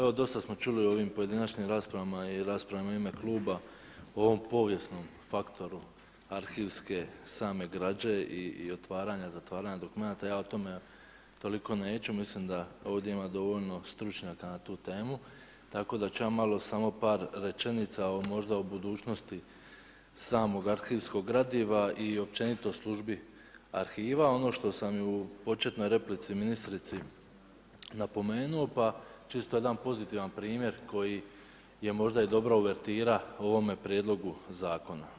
Evo dosta smo čuli u ovim pojedinačnim raspravama i u raspravama u ime kluba o ovom povijesnom faktoru arhivske same građe i otvaranja i zatvaranja dokumenata, ja o tome toliko neću, mislim da ovdje ima dovoljno stručnjaka na tu temu, tako da ću ja malo samo par rečenica o možda o budućnosti samog arhivskog gradiva i općenito službi arhiva ono što sam i u početnoj replici ministrici napomenuo pa čisto jedan pozitivan primjer koji je možda i dobra uvertira ovom prijedlogu zakona.